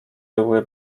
były